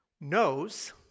knows